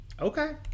Okay